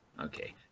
okay